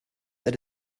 that